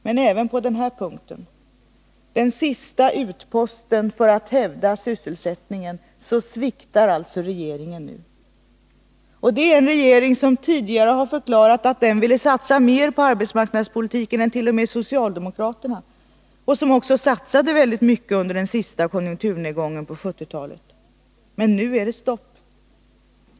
Men även på den här punkten, den sista utposten för att hävda sysselsättningen, sviktar alltså regeringen nu. Och det är en regering som tidigare har förklarat att den ville satsa mer på arbetsmarknadspolitiken än t.o.m. socialdemokraterna och som också satsade väldigt mycket under den sista konjunkturnedgången under 1970-talet. Men nu är det stopp.